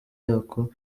yako